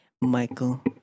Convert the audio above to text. Michael